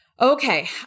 Okay